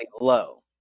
low